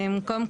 קודם,